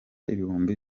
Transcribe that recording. ibihumbi